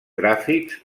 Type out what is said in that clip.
gràfics